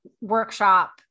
workshop